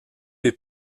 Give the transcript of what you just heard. les